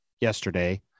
yesterday